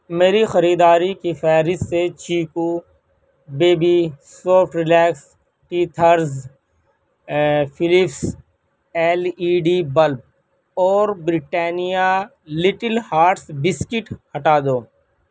میری خریداری کی فہرست سے Chicco baby soft relax teethers Philips L E D bulb اور بریٹانیا لٹل ہارٹس بسکٹ ہٹا دو